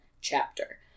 chapter